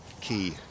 key